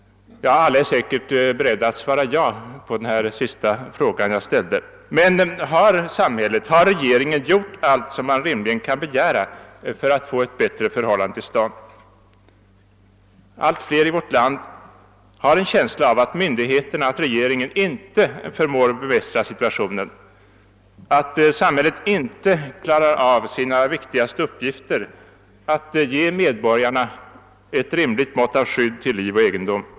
Alla är säkert beredda att svara ja på den sista frågan. Men har samhället, har regeringen gjort allt som man rimligen kan begära för att få ett bättre förhållande till stånd? Allt fler invånare i vårt land har en känsla av att myndigheterna inte förmår bemästra situationen och att samhället inte klarar av sina viktigaste uppgifter, nämligen att ge medborgarna ett rimligt mått av skydd till liv och egendom.